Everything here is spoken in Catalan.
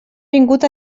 vingut